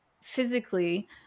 physically